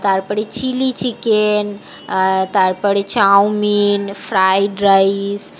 তারপরে chilli chicken তারপরে chowmein fried rice